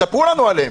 תספרו לנו עליהם.